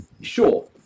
sure